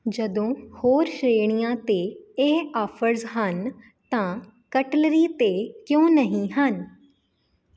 ਜਦੋਂ ਹੋਰ ਸ਼੍ਰੇਣੀਆਂ 'ਤੇ ਇਹ ਆਫ਼ਰਜ਼ ਹਨ ਤਾਂ ਕਟਲਰੀ 'ਤੇ ਕਿਉਂ ਨਹੀਂ ਹਨ